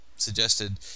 suggested